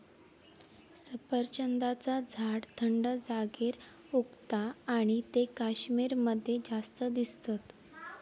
सफरचंदाचा झाड थंड जागेर उगता आणि ते कश्मीर मध्ये जास्त दिसतत